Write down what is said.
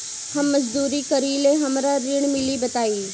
हम मजदूरी करीले हमरा ऋण मिली बताई?